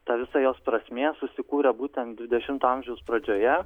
ta visa jos prasmė susikūrė būtent dvidešimto amžiaus pradžioje